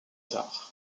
tard